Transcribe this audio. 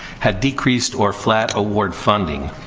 had decreased or flat award funding.